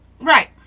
Right